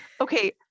okay